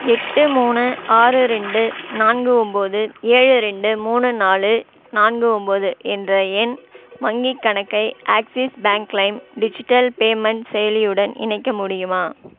எட்டு மூணு ஆறு ரெண்டு நான்கு ஒம்பது ஏழு ரெண்டு மூணு நாலு நான்கு ஒம்பது என்ற என் வங்கிக் கணக்கை Axis bank Lime digital payment செயலியுடன் இணைக்க முடியுமா